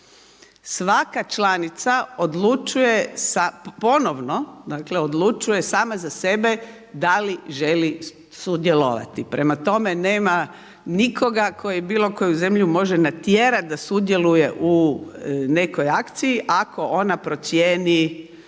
svaka članica odlučuje ponovno dakle odlučuje sama za sebe da li želi sudjelovati. Prema tome, nema nikoga koji bilo koju zemlju može natjerati da sudjeluje u nekoj akciji ako ona procijeni